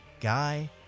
Guy